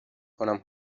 کنم